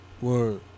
Word